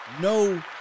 No